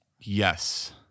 Yes